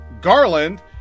Garland